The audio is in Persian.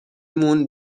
مون